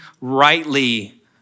rightly